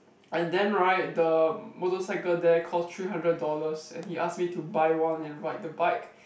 and then right the motorcycle there cost three hundred dollars and he ask me to buy one and ride the bike